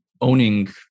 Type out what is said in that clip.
owning